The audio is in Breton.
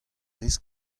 rez